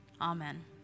amen